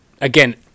again